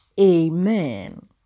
Amen